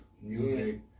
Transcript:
music